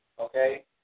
Okay